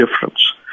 difference